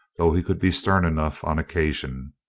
though he could be stern enough on occasion.